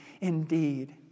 indeed